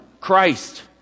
Christ